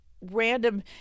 random